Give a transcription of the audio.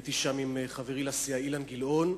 הייתי שם עם חברי לסיעה אילן גילאון,